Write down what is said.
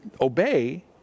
obey